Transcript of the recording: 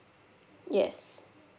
yes